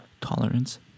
tolerance